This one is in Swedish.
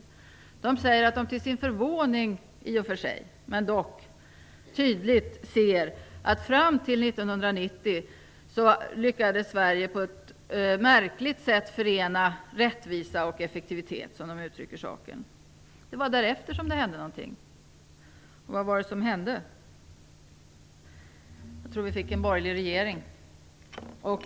I den sägs att man i och för sig till sin förvåning, men dock, ser att Sverige fram till år 1990 lyckades att på ett märkligt sätt förena rättvisa och effektivitet, som man uttrycker saken. Det var därefter som det hände någonting. Vad var det som hände? Vi fick en borgerlig regering.